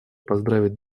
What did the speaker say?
поздравить